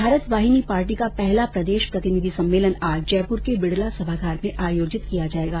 Bharat Vahini party का पहला प्रदेष प्रतिनिधि सम्मेलन आज जयपुर के बिड़ला सभागार में आयोजित किया जाएगा